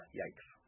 yikes